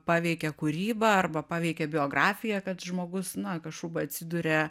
paveikė kūrybą arba paveikė biografiją kad žmogus na kašuba atsiduria